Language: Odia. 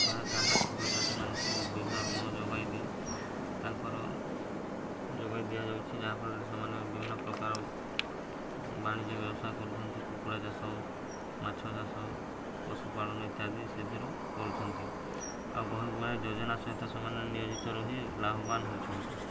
ତାହା ହେଲା କ୍ଷୁଦ୍ର ଚାଷୀମାନଙ୍କୁ ବିଭିନ୍ନ ଋଣ ଯୋଗାଇ ଦେଇ ତାଙ୍କର ଯୋଗାଇ ଦିଆଯାଉଛି ଯାହାଫଳରେ ସେମାନେ ବିଭିନ୍ନ ପ୍ରକାର ବାଣିଜ୍ୟ ବ୍ୟବସାୟ କରୁଛନ୍ତି କୁକୁଡ଼ା ଚାଷ ମାଛ ଚାଷ ପଶୁପାଳନ ଇତ୍ୟାଦି ସେଥିରୁ କରୁଛନ୍ତି ଆଉ ବହୁତ ଗୁଡ଼ାଏ ଯୋଜନା ସହିତ ସେମାନେ ନିୟୋଜିତ ରହି ଲାଭବାନ ହେଉଛନ୍ତି